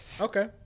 okay